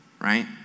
right